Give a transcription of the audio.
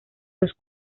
los